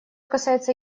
касается